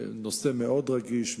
זהו נושא מאוד רגיש,